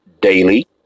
Daily